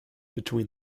between